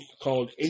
called